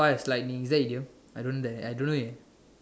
as lightning is that idiom I don't dare I don't know eh